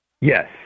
Yes